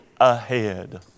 ahead